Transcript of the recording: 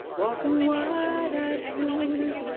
walking wide eyed through this